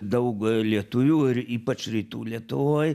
daug lietuvių ir ypač rytų lietuvoj